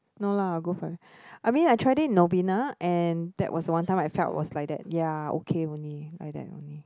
no lah I'll go for it I mean I tried it in Nobina and that was one time I felt was like that ya okay only like that only